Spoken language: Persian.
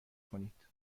کنید